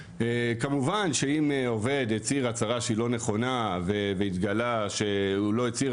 כמובן שאם עובד הצהיר הצהרה שהיא לא נכונה והתגלה שהוא לא הצהיר